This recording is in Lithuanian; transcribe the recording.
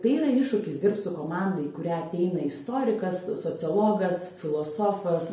tai yra iššūkis dirbt su komanda į kurią ateina istorikas sociologas filosofas